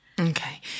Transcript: Okay